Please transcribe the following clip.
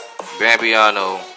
Bambiano